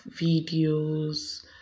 videos